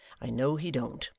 i know he don't.